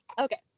Okay